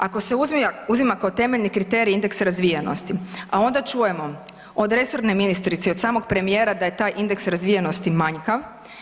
Ako se uzima kao temeljni kriterij indeks razvijenosti, a ona čujemo od resorne ministrice i od samog premijera da je taj indeks razvijenosti manjkav.